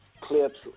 clips